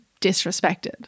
disrespected